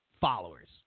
followers